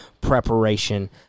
preparation